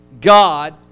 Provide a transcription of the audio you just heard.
God